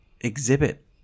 exhibit